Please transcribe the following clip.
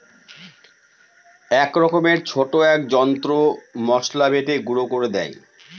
এক রকমের ছোট এক যন্ত্র মসলা বেটে গুঁড়ো করে দেয়